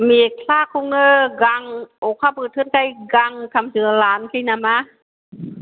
मेख्लाखौनो गां अखा बोथोरखाय गांथामसो लानोसै नामा